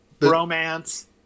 romance